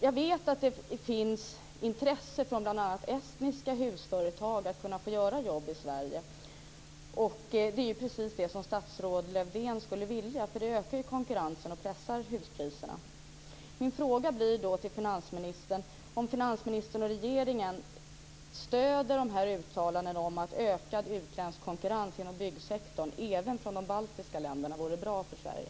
Jag vet att det finns intresse från bl.a. estniska husföretag att få göra jobb i Sverige. Det är precis det som statsrådet Lövdén skulle vilja, eftersom det ökar konkurrensen och pressar huspriserna. Min fråga till finansministern är om finansministern och regeringen stöder dessa uttalanden om att ökad utländsk konkurrens inom byggsektorn även från de baltiska länderna vore bra för Sverige.